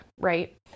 right